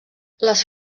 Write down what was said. les